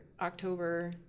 October